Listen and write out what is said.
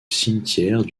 cimetière